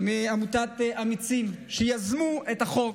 מעמותת אמיצים, שיזמו את החוק,